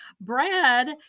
Brad